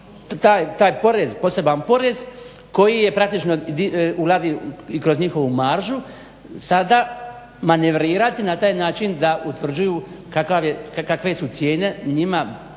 taj porez poseban porez koji praktično ulazi kroz njihovu maržu sada manevrirati na taj način da utvrđuju kakve su cijene njima